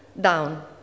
down